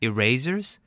Erasers